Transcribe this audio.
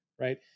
right